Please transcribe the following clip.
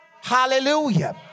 hallelujah